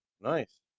Nice